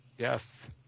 Yes